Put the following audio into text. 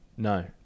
No